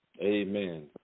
Amen